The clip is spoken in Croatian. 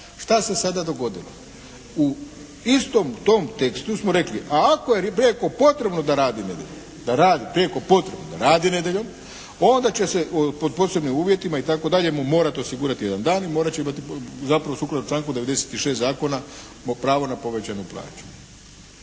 Što se sada dogodilo? U istom tom tekstu smo rekli, a ako je prijeko potrebno da radi nedjeljom, da radi, prijeko potrebno da radi nedjeljom onda će se pod posebnim uvjetima itd. mu morati osigurati jedan dan i morat će imati zapravo sukladno članku 96. zakona pravo na povećanu plaću.